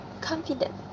confident